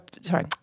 sorry